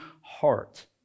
heart